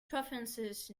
preferences